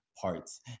parts